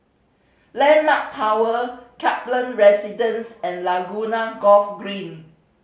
Landmark Tower Kaplan Residence and Laguna Golf Green